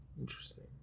Interesting